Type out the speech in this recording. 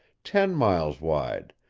ten miles wide,